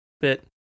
bit